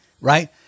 right